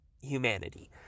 humanity